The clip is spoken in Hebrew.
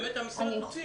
באמת המשרד,